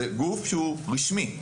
זה גוף שהוא רשמי.